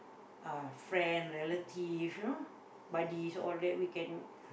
uh friend relative you know buddies all that we can